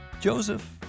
Joseph